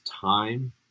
time